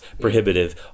prohibitive